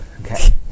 Okay